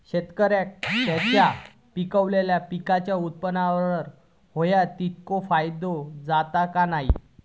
शेतकऱ्यांका त्यांचा पिकयलेल्या पीकांच्या उत्पन्नार होयो तितको फायदो जाता काय की नाय?